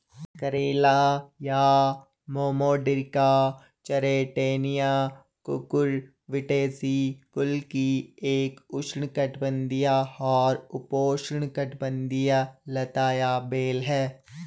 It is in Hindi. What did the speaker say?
करेला या मोमोर्डिका चारैन्टिया कुकुरबिटेसी कुल की एक उष्णकटिबंधीय और उपोष्णकटिबंधीय लता या बेल है